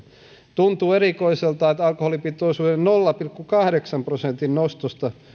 tuntuu erikoiselta että alkoholipitoisuuden nolla pilkku kahdeksan prosentin nostosta